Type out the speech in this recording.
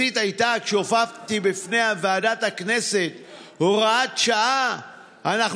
כשהופעתי בפני ועדת הכנסת הטענה המרכזית הייתה: אנחנו